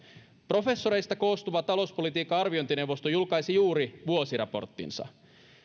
professoreista koostuva talouspolitiikan arviointineuvosto julkaisi juuri vuosiraporttinsa